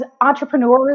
entrepreneurs